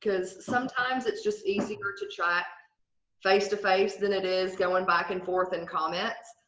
because sometimes it's just easier to track face-to-face than it is going back and forth and comments.